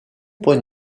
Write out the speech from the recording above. point